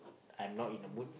I'm not in the mood